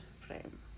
frame